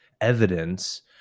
evidence